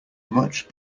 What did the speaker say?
much